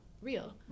real